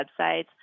websites